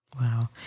wow